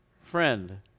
friend